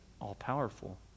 all-powerful